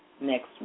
next